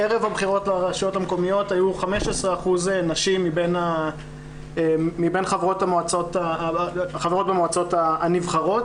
ערב הבחירות לרשויות המקומיות היו 15% נשים מבין חברות במועצות הנבחרות,